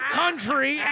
country